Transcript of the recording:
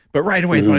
but right away,